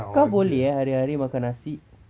kau boleh eh hari-hari makan nasi